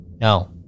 No